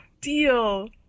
deal